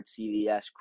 CVS